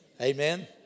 Amen